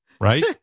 right